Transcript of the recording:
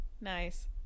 Nice